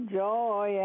joy